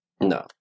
no